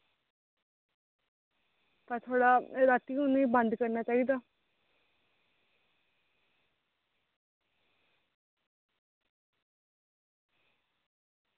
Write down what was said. ते थोह्ड़ा रातीं उनेंगी बंद करना चाहिदा